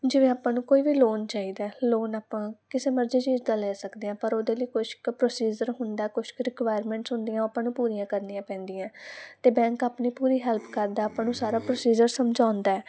ਜਿਵੇਂ ਆਪਾਂ ਨੂੰ ਕੋਈ ਵੀ ਲੋਨ ਚਾਹੀਦਾ ਹੈ ਲੋਨ ਆਪਾਂ ਕਿਸੇ ਮਰਜ਼ੀ ਚੀਜ਼ ਦਾ ਲੈ ਸਕਦੇ ਹਾਂ ਪਰ ਉਹਦੇ ਲਈ ਕੁਛ ਕੁ ਪ੍ਰੋਸੀਜਰ ਹੁੰਦਾ ਹੈ ਕੁਛ ਕੁ ਰਿਕਵਾਇਰਮੈਂਟਸ ਹੁੰਦੀਆਂ ਉਹ ਆਪਾਂ ਨੂੰ ਪੂਰੀਆਂ ਕਰਨੀਆਂ ਪੈਂਦੀਆਂ ਅਤੇ ਬੈਂਕ ਆਪਣੇ ਪੂਰੀ ਹੈਲਪ ਕਰਦਾ ਆਪਾਂ ਨੂੰ ਸਾਰਾ ਪ੍ਰੋਸੀਜਰ ਸਮਝਾਉਂਦਾ ਹੈ